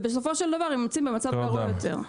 ובסופו של דבר הם יוצאים במצב גרוע יותר.